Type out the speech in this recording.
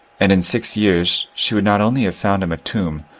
and in six years she would not only have found him a tomb,